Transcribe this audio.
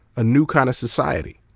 a new kind of society.